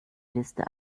liste